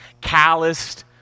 calloused